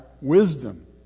wisdom